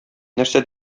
нәрсә